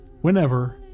whenever